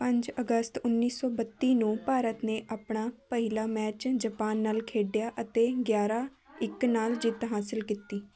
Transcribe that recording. ਪੰਜ ਅਗਸਤ ਉੱਨੀ ਸੌ ਬੱਤੀ ਨੂੰ ਭਾਰਤ ਨੇ ਆਪਣਾ ਪਹਿਲਾ ਮੈਚ ਜਪਾਨ ਨਾਲ ਖੇਡਿਆ ਅਤੇ ਗਿਆਰਾਂ ਇੱਕ ਨਾਲ ਜਿੱਤ ਹਾਸਿਲ ਕੀਤੀ